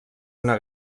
una